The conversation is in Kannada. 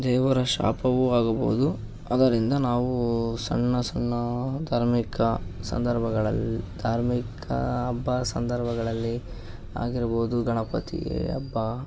ದೇವರ ಶಾಪವೂ ಆಗಬಹುದು ಆದ್ದರಿಂದ ನಾವು ಸಣ್ಣ ಸಣ್ಣ ಧಾರ್ಮಿಕ ಸಂದರ್ಭಗಳಲ್ಲಿ ಧಾರ್ಮಿಕ ಹಬ್ಬ ಸಂದರ್ಭಗಳಲ್ಲಿ ಆಗಿರ್ಬೋದು ಗಣಪತಿ ಹಬ್ಬ